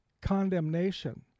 condemnation